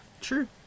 true